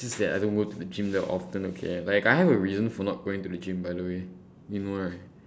just that I don't go to the gym that often okay like I have a reason for not going to the gym by the way you know right